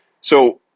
so-